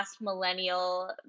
millennial